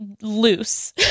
loose